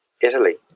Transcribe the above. Italy